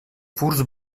furs